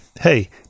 hey